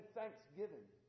thanksgiving